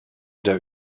der